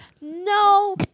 no